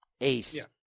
Ace